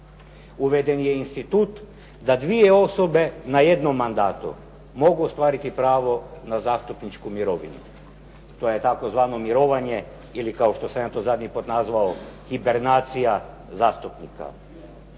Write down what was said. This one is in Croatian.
Uveden je institut da dvije osobe na jednom mandatu, mogu ostvariti pravo na zastupničku mirovinu. To je tzv. mirovanje ili kao što sam ja to zadnji puta nazvao, hiprenacija zastupnika.